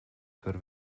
par